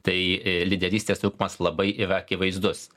tai lyderystės trūkumas labai yra akivaizdus